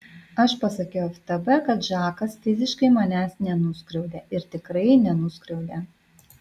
aš pasakiau ftb kad žakas fiziškai manęs nenuskriaudė ir tikrai nenuskriaudė